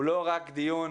הוא לא רק דיון,